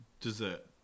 dessert